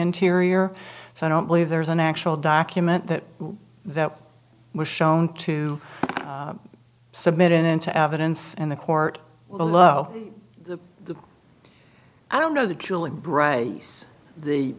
interior so i don't believe there's an actual document that that was shown to submit into evidence and the court well lo the the i don't know the chilling bryce the